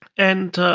and